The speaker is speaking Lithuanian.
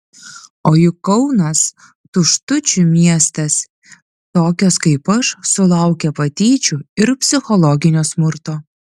o juk kaunas tuštučių miestas tokios kaip aš sulaukia patyčių ir psichologinio smurto